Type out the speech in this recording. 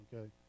okay